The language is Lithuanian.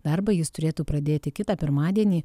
darbą jis turėtų pradėti kitą pirmadienį